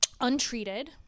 untreated